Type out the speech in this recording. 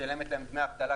משלמת להם דמי אבטלה,